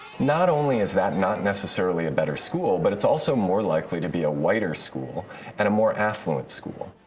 not only is that not necessarily a better school but it's also more likely to be a whiter school and a more affluent school.